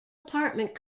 apartment